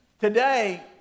today